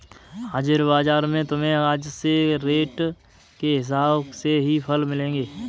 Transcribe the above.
हाजिर बाजार में तुम्हें आज के रेट के हिसाब से ही फल मिलेंगे